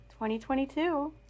2022